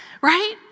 right